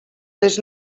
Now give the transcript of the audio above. les